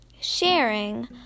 Sharing